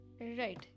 Right